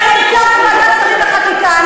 זה נמצא בוועדת שרים לחקיקה.